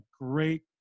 great